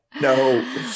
No